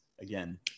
Again